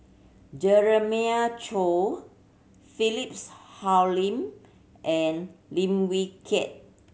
Jeremiah Choy Philips Hoalim and Lim Wee Kiak